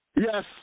Yes